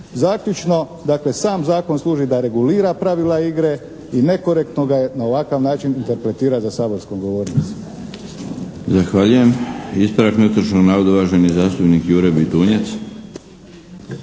Zaključno dakle sam zakon služi da regulira pravila igre i nekorektno ga je na ovakav način interpretirati za saborskom govornicom. **Milinović, Darko (HDZ)** Zahvaljujem. Ispravak netočnog navoda, uvaženi zastupnik Jure Bitunjac.